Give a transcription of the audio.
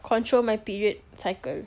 control my period cycle